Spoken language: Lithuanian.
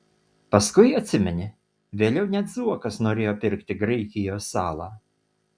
paskui atsimeni vėliau net zuokas norėjo pirkti graikijos salą